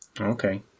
Okay